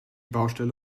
baustelle